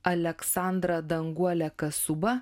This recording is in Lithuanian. aleksandra danguolė kasuba